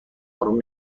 اروم